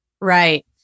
right